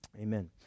Amen